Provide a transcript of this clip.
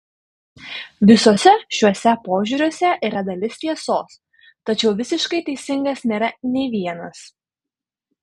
visuose šiuose požiūriuose yra dalis tiesos tačiau visiškai teisingas nėra nei vienas